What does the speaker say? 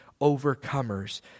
overcomers